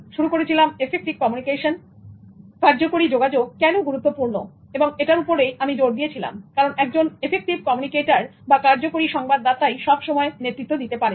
শুরু করেছিলাম effective communication কার্যকরী যোগাযোগ কেন গুরুত্বপূর্ণ এবং এটার উপরেই আমি জোর দিয়েছিলাম কারণ একজন এফেক্টিভ কম্মুনিকেটর বা কার্যকরী সংবাদদাতাই সব সময় নেতৃত্ব দিতে পারেন